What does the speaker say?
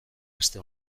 aste